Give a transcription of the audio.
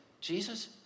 Jesus